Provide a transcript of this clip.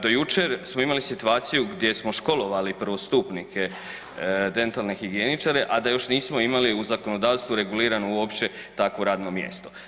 Do jučer smo imali situaciju gdje smo školovali prvostupnike dentalne higijeničare, a da još nismo imali u zakonodavstvu regulirano uopće takvo radno mjesto.